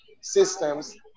systems